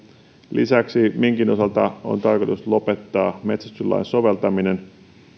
lisäksi minkin osalta on tarkoitus lopettaa metsästyslain soveltaminen